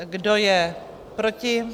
Kdo je proti?